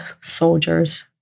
soldiers